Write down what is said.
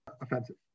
offensive